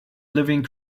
living